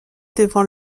devant